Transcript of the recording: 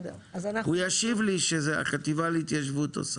הוא ישיב לי שזה החטיבה להתיישבות עושה,